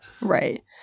Right